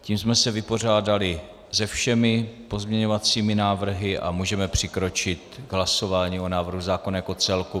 Tím jsme se vypořádali se všemi pozměňovacími návrhy a můžeme přikročit k hlasování o návrhu zákona jako celku.